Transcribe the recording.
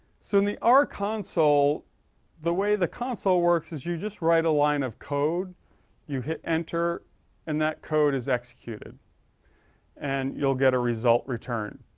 soon the are console the way the console works is you just write a line of code you hit enter and that code is executed and you'll get a result return